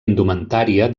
indumentària